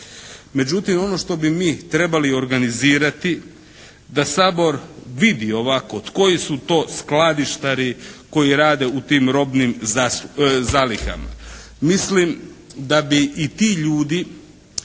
Međutim, ono što bi mi trebali organizirati da Sabor vidi ovako, koji su to skladištari koji rade u tim robnim zalihama. Mislim da bi i ti ljudi